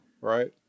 right